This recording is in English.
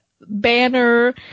Banner